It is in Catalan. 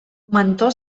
mentó